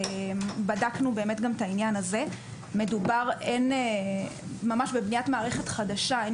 בדקנו את העניין הזה ומדובר בבניית מערכת חדשה הן